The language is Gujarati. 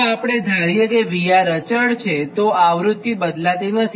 જો આપણે ધારીએ કે VR અચળ છે તો આ આવ્રૃત્તિ પણ બદલાતી નથી